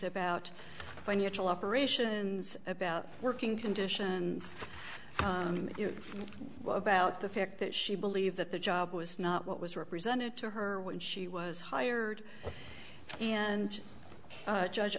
about financial operations about working conditions it was about the fact that she believed that the job was not what was represented to her when she was hired and judge